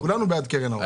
כולנו בעד קרן העושר.